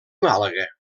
màlaga